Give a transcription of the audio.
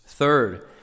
Third